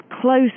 close